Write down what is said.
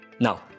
now